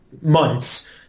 months